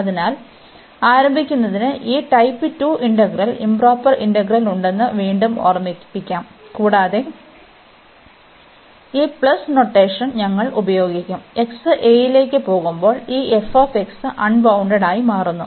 അതിനാൽ ആരംഭിക്കുന്നതിന് ഈ ടൈപ്പ് 2 ഇന്റഗ്രലുകൾ ഇoപ്രൊപ്പർ ഇന്റഗ്രൽ ഉണ്ടെന്ന് വീണ്ടും ഓർമ്മിപ്പിക്കാo കൂടാതെ ഈ പ്ലസ് നൊട്ടേഷൻ ഞങ്ങൾ ഉപയോഗിക്കും x aലേക്ക് പോകുമ്പോൾ ഈ f അൺബൌണ്ടഡ്ഡായി മാറുന്നു